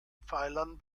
pfeilern